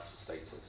status